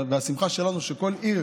והשמחה שלנו היא שכל עיר